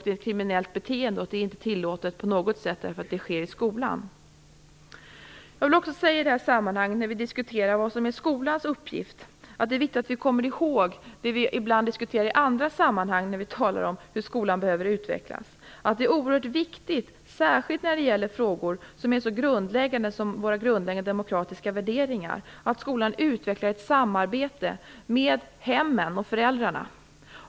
Det är ett kriminellt beteende som inte på något sätt är tillåtet bara för att det sker i skolan. När vi diskuterar vad som är skolans uppgift är det viktigt att komma ihåg det som vi talar om i andra sammanhang, nämligen hur skolan behöver utvecklas. Det är oerhört viktigt, särskilt när det gäller frågor som är så grundläggande som våra demokratiska värderingar, att skolan utvecklar ett samarbete med hemmen och föräldrarna.